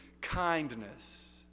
kindness